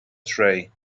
tray